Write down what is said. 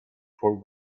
for